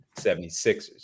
76ers